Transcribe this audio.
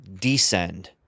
descend